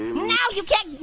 no you can't,